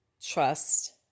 trust